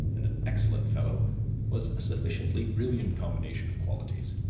and an excellent fellow was a sufficiently brilliant combination of qualities.